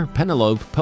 Penelope